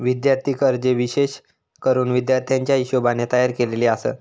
विद्यार्थी कर्जे विशेष करून विद्यार्थ्याच्या हिशोबाने तयार केलेली आसत